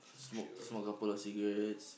smoke smoke a couple of cigarettes